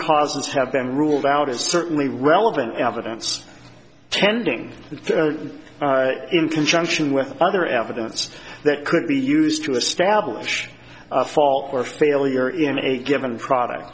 causes have been ruled out is certainly relevant evidence tending in conjunction with other evidence that could be used to establish fault or failure in a given product